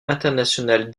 internationale